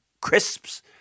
crisps